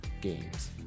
Games